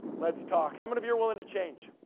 let's talk, how many of you are willing to change?